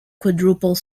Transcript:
quadruple